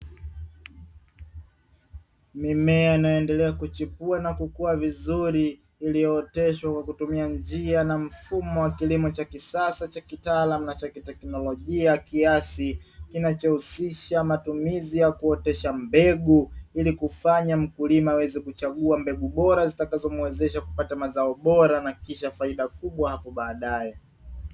Mimea inayoendelea kuchipua na kukua vizuri, iliyooteshwa kwa kutumia njia na mfumo wa kilimo cha kisasa cha kitaalamu na cha kiteknolojia kiasi, kinachohusisha matumizi ya kuotesha mbegu ili kufanya mkulima aweze kuchagua mbegu bora zitakazo muwezesha kupata mazao bora na kisha faida kubwa hapo baadae.